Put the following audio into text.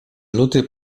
luty